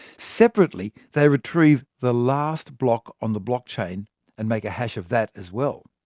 separately, they retrieve the last block on the blockchain and make a hash of that as well.